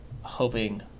hoping